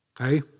Okay